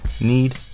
need